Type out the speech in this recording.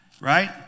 right